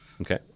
Okay